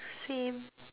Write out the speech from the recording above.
same